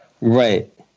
Right